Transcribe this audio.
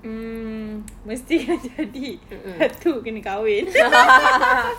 um mesti kena jadi satu kena kahwin